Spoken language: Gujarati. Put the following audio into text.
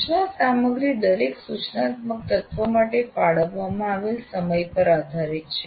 સૂચના સામગ્રી દરેક સૂચનાત્મક તત્વ માટે ફાળવવામાં આવેલા સમય પર આધારીત છે